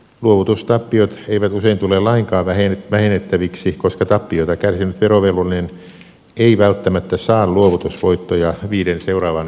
luovutustappiot eivät usein tule lainkaan vähennettäviksi koska tappiota kärsinyt verovelvollinen ei välttämättä saa luovutusvoittoja viiden seuraavan verovuoden aikana